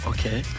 Okay